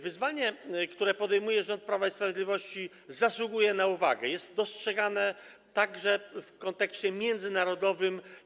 Wyzwanie, które podejmuje rząd Prawa i Sprawiedliwości, zasługuje na uwagę, jest dostrzegane także w kontekście międzynarodowym.